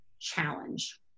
challenge